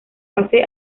fase